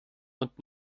und